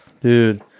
Dude